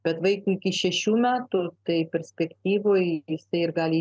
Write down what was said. bet vaikų iki šešių metų tai perspektyvoj jisai ir gali